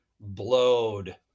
blowed